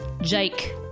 jake